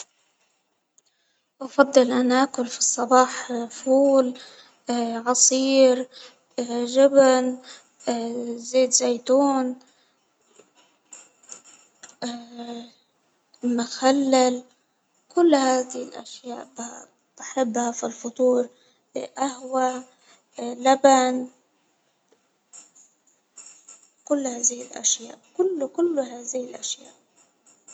أفضل أن آكل في الصباح فول عصير جبن زيت زيتون مخلل كل هذه الاشياء بحبها في الفطور، أهوة لبن، كل هذه الاشياء كل كل هذه الاشياء.